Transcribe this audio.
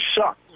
suck